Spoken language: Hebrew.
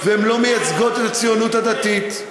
והן לא מייצגות את הציונות הדתית.